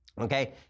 Okay